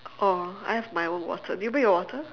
oh I have my own water did you bring your water